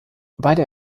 beide